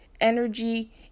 energy